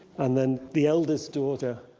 and then the eldest daughter,